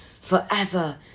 forever